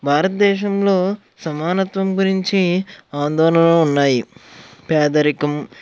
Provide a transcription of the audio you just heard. భారత్దేశంలో సమానత్వం గురించి ఆందోళనలు ఉన్నాయి పేదరికం